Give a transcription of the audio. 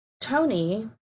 Tony